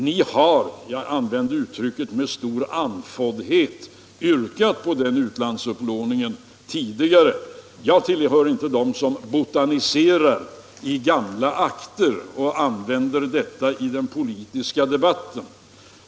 Ni har — jag använde uttrycket med stor andfåddhet — yrkat på den utlandsupplåningen tidigare. Jag tillhör inte dem som botaniserar i gamla akter och använder dessa i den politiska debatten.